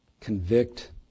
Convict